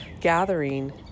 gathering